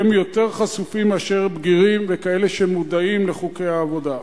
הם יותר חשופים מאשר בגירים וכאלה שמודעים לחוקי העבודה.